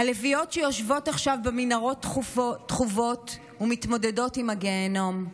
הלביאות שיושבות עכשיו במנהרות טחובות ומתמודדות עם הגיהינום,